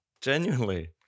Genuinely